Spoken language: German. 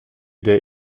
der